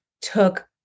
took